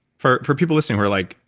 for for people listening who are like,